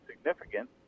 significant